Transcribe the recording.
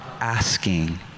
asking